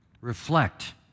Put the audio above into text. reflect